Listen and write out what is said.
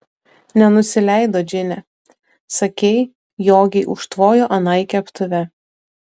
nenusileido džine sakei jogei užtvojo anai keptuve